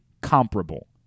comparable